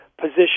position